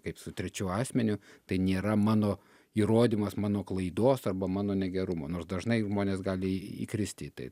kaip su trečiu asmeniu tai nėra mano įrodymas mano klaidos arba mano negerumo nors dažnai žmonės gali įkristi į tai